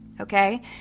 okay